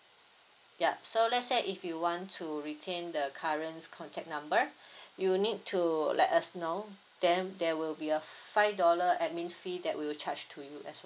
yup so let's say if you want to retain the current contact number you'll need to let us know then there would be a five dollar administration fee that we'll charge to you as well